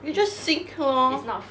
you just sink lor